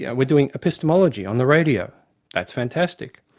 yeah we're doing epistemology on the radio that's fantastic.